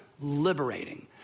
liberating